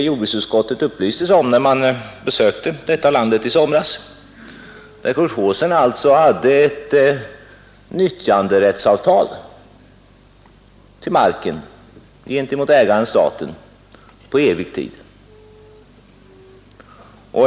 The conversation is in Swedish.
Jordbruksutskottet upplystes ju, när utskottet i somras besökte Sovjetunionen, om att kolchoserna har ett avtal om nyttjanderätt till marken gentemot ägaren-staten på evig tid.